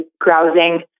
grousing